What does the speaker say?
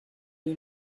you